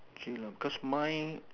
actually no cause mine